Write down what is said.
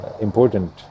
important